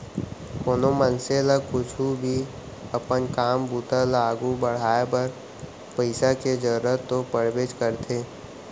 कोनो मनसे ल कुछु भी अपन काम बूता ल आघू बढ़ाय बर पइसा के जरूरत तो पड़बेच करथे